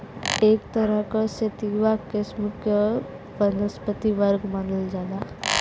एक तरह क सेतिवा किस्म क वनस्पति वर्ग मानल जाला